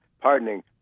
pardoning